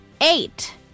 Eight